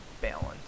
balance